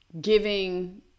giving